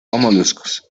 moluscos